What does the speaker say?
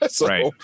Right